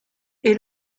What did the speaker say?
est